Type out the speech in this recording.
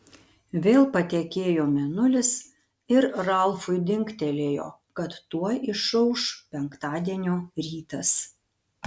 vėl patekėjo mėnulis ir ralfui dingtelėjo kad tuoj išauš penktadienio rytas